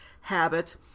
habit